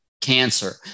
cancer